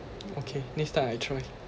okay next time I try